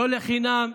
לא לחינם,